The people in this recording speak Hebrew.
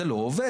זה לא עובד.